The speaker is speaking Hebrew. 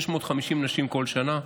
650 נשים כל שנה.